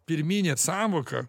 pirminė sąvoka